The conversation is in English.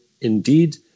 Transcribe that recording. indeed